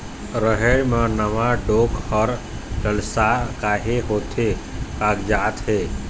रहेड़ म नावा डोंक हर लसलसा काहे होथे कागजात हे?